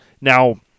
Now